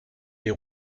les